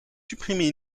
supprimé